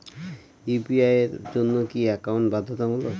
UPI এর জন্য কি একাউন্ট বাধ্যতামূলক?